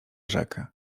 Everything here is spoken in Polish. rzekę